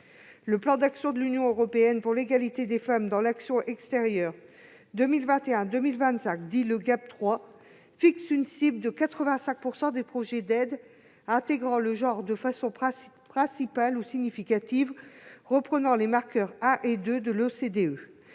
Le plan d'action de l'Union européenne sur l'égalité des genres dans l'action extérieure 2021-2025, dit « GAP III », fixe une cible de 85 % des projets d'aides intégrant le genre de façon principale ou significative reprenant les marqueurs 1 et 2 de l'OCDE.